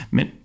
Men